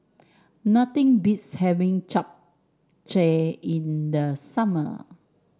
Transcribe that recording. nothing beats having Japchae in the summer